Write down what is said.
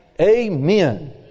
Amen